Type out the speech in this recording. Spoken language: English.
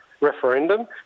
referendum